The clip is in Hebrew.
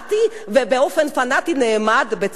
ובאופן פנאטי נעמד בצד המיעוטים.